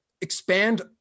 expand